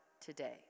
today